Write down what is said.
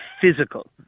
physical